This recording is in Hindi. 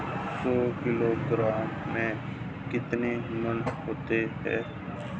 सौ किलोग्राम में कितने मण होते हैं?